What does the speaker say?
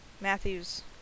Matthew's